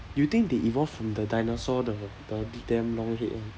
you think they evolve from the dinosaur the the damn long head [one]